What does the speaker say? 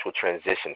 transition